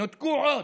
נותקו עוד.